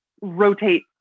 rotate